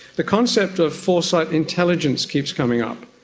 the concept of foresight intelligence keeps coming up.